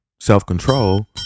self-control